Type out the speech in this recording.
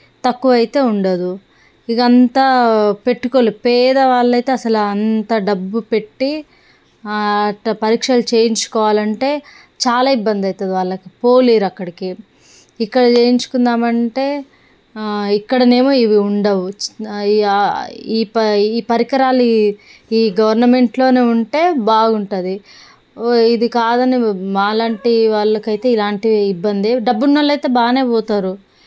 తక్కువ అయితే ఉండదు ఇదంతా పెట్టుకోలేం పేదవాళ్ళు అయితే అసలు అంత డబ్బు పెట్టి అట్ట పరీక్షలు చేయించుకోవాలంటే చాలా ఇబ్బంది అవుతుంది వాళ్ళకి పోలేరు అక్కడికి ఇక్కడ చేయించుకుందామంటే ఇక్కడనేమో ఇవి ఉండవు ఈ ఈ ప ఈ పరికరాలు ఈ గవర్నమెంట్లోనే ఉంటే బాగుంటుంది ఇది కాదని మాలాంటి వాళ్ళకు ఐతే ఇలాంటి ఇబ్బంది డబ్బు ఉన్న వాళ్ళు అయితే బానే పోతారు